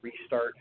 restart